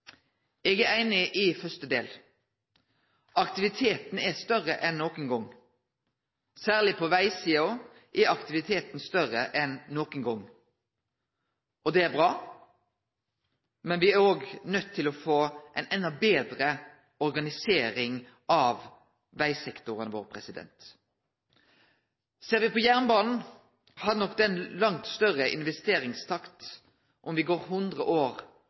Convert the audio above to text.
Eg er einig i første del. Aktiviteten er større en nokon gong. Særleg på vegsida er aktiviteten større enn nokon gong. Det er bra. Men me er òg nøyde til å få endå betre organisering av vegsektoren vår. Ser me på jernbanen, hadde nok den langt større investeringstakt om me ser hundre år